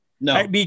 No